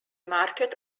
market